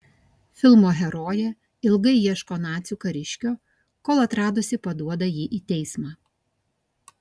filmo herojė ilgai ieško nacių kariškio kol atradusi paduoda jį į teismą